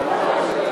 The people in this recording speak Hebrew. סיעות